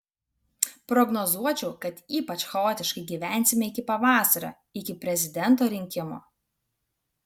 prognozuočiau kad ypač chaotiškai gyvensime iki pavasario iki prezidento rinkimų